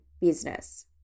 business